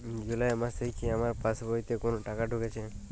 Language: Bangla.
জুলাই মাসে কি আমার পাসবইতে কোনো টাকা ঢুকেছে?